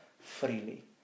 freely